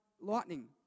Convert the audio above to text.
lightning